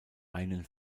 einen